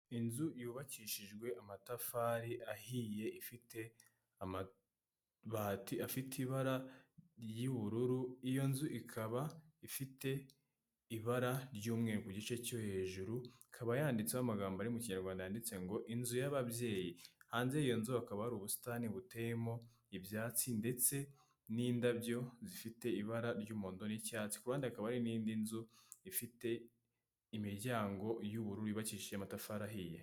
Inzu yubakishijwe amatafari ahiye ifite amabati afite ibara ry'ubururu iyo nzu ikaba ifite ibara ry'umweru mu gice cyo hejuru ikaba yanditseho amagambo ari mu kinyarwanda yanditse ngo inzu y'ababyeyi hanze y'iyo hakaba hari ubusitani buteyemo ibyatsi ndetse n'indabyo zifite ibara ry'umuhondo n'icyatsi kandi kuruhande hakaba hari n'indi nzu ifite imiryango y'ubururu yubakishijwe amatafari ahiye.